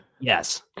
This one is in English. Yes